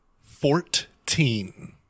Fourteen